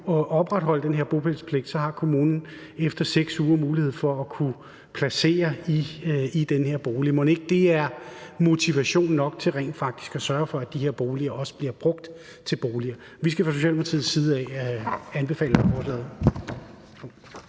opretholde den bopælspligt, så har kommunen efter 6 uger mulighed for at kunne placere nogle i den her bolig. Mon ikke det er motivation nok til rent faktisk at sørge for, at de her boliger også bliver brugt til boliger. Vi skal fra Socialdemokratiets side anbefale lovforslaget.